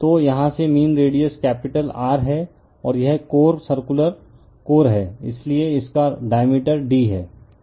तो यहाँ से मीन रेडिअस कैपिटल R है और यह कोर सर्कुलर कोर है इसलिए इसका डाईमेटेर d है